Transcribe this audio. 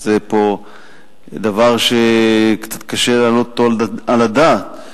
זה דבר שקצת קשה להעלות אותו על הדעת.